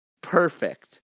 Perfect